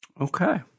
Okay